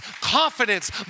confidence